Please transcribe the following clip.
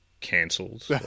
cancelled